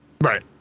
Right